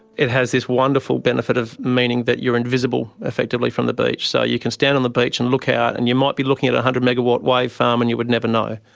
it has this wonderful benefit of meaning that you are invisible, effectively, from the beach. so you can stand on the beach and look out and you might be looking at a one hundred megawatt wave farm and you would never know.